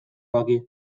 daki